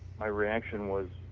my reaction was